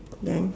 then